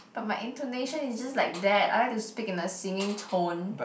but my intonation is just like that I like to speak in a singing tone